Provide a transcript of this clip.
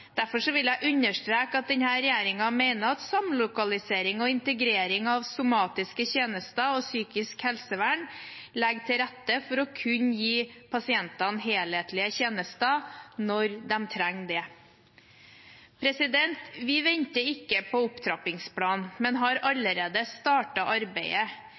Derfor vil jeg understreke at denne regjeringen mener at samlokalisering og integrering av somatiske tjenester og psykisk helsevern legger til rette for å kunne gi pasientene helhetlige tjenester når de trenger det. Vi venter ikke på opptrappingsplanen, men har allerede startet arbeidet.